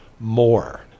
more